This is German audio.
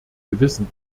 gewissen